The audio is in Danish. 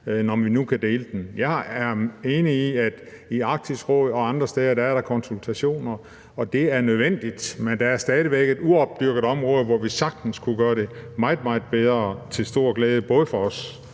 når vi nu kan dele den? Jeg er enig i, at i Arktisk Råd og andre steder er der konsultationer, og det er nødvendigt, men der er stadig væk et uopdyrket område, hvor vi sagtens kunne gøre det meget, meget bedre – til stor glæde både for os